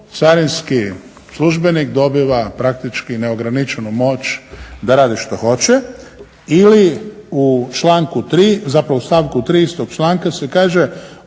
carinski službenik dobiva praktički neograničenu moć da radi što hoće. Ili u članku 3. zapravo stavku 3. istog članka se kaže